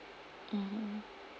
mmhmm